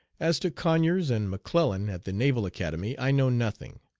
as to conyers and mcclellan at the naval academy i know nothing.